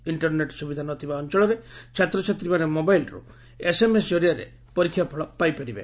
ଇକ୍କରନେଟ୍ ସୁବିଧା ନଥିବା ଅଞଳରେ ଛାତ୍ରଛାତ୍ରୀମାନେ ମୋବାଇଲ୍ରୁ ଏସ୍ଏମ୍ଏସ୍ ଜରିଆରେ ମଦ୍ୟ ପରୀକ୍ଷାଫଳ ପାଇପାରିବେ